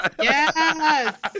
Yes